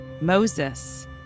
Moses